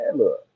look